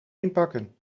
inpakken